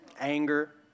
anger